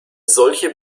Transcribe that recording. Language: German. solche